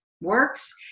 works